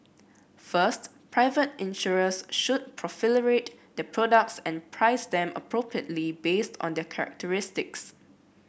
first private insurers should proliferate their products and price them appropriately based on their characteristics